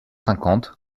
cinquante